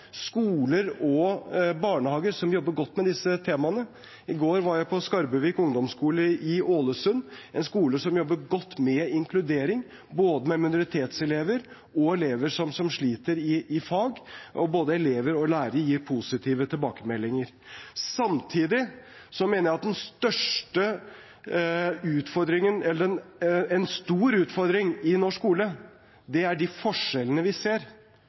skoler og barnehager som jobber godt med disse temaene. I går var jeg på Skarbøvik ungdomsskole i Ålesund. Det er en skole som jobber godt med inkludering, både med minoritetselever og med elever som sliter i fag. Både elever og lærere gir positive tilbakemeldinger. Samtidig mener jeg at en stor utfordring i norsk skole er de forskjellene vi ser